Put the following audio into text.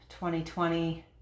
2020